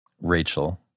Rachel